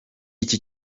iki